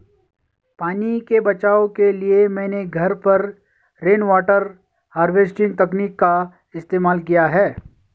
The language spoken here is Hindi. पानी के बचाव के लिए मैंने घर पर रेनवाटर हार्वेस्टिंग तकनीक का इस्तेमाल किया है